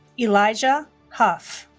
elijah huff